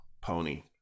pony